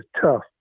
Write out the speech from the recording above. tough